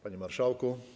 Panie Marszałku!